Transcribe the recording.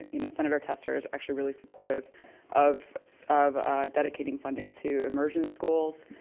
you know, senator tester is actually really supportive of of dedicating funding to immerging schools,